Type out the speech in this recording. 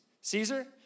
Caesar